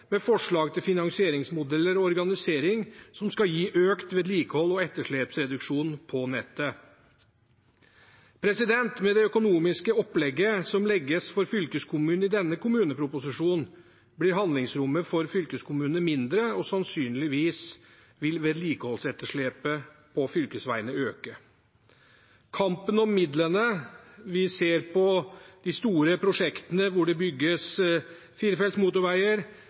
med forslag til finansieringsmodeller og organisering for økt vedlikehold og etterslepsreduksjon på nettet. Med det økonomiske opplegget som legges for fylkeskommunene i denne kommuneproposisjonen, blir handlingsrommet for fylkeskommunene mindre, og sannsynligvis vil vedlikeholdsetterslepet på fylkesveiene øke. Kampen vi ser om midlene til de store prosjektene hvor det bygges firefelts motorveier,